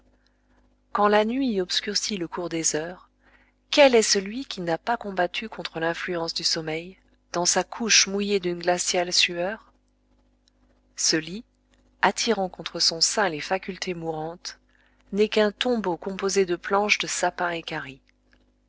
quand la nuit obscurcit le cours des heures quel est celui qui n'a pas combattu contre l'influence du sommeil dans sa couche mouillée d'une glaciale sueur ce lit attirant contre son sein les facultés mourantes n'est qu'un tombeau composé de planches de sapin